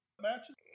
matches